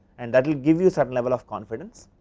and that will give you certain level of confidents,